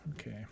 Okay